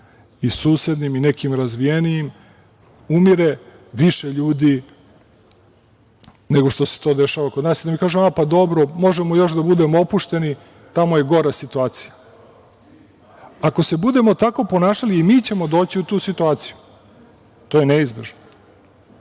susednim i nekim razvijenijim umire više ljudi nego što se to dešava kod nas i da kažemo – dobro, možemo još da budemo opušteni, tamo je gora situacija. Ako se budemo tako ponašali i mi ćemo doći u tu situaciju. To je neizbežno. Da